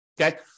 Okay